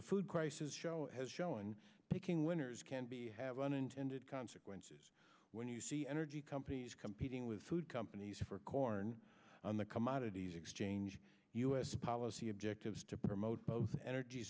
a food crisis show as showing picking winners can be have unintended consequences when you see energy companies competing with food companies for corn on the commodities exchange us policy objectives to promote both energy